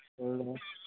कळ्ळें तुका